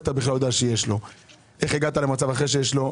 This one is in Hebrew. איך אתה יודע שיש לו?